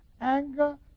anger